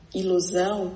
ilusão